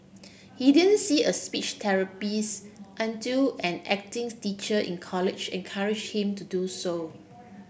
he didn't see a speech therapist until an acting teacher in college encourage him to do so